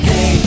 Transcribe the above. Hey